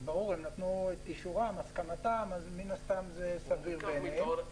שאם הם נתנו את אישורם אז מן הסתם זה סביר בעיניהם.